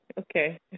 Okay